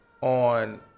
on